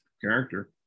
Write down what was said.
character